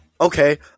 Okay